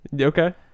Okay